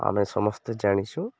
ଆମେ ସମସ୍ତେ ଜାଣିଛୁଁ